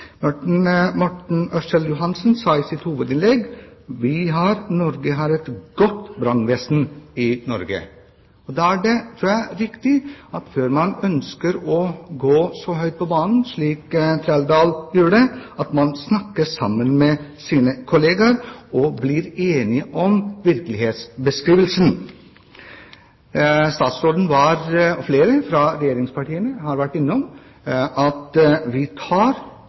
Morten Ørsal Johansen, som sa følgende i sitt hovedinnlegg: «Norge har et godt brannvesen.» Før man går så høyt på banen som Trældal gjorde, er det altså viktig at man snakker med sine kollegaer og blir enige om virkelighetsbeskrivelsen. Statsråden og flere fra regjeringspartiene har vært innom at vi tar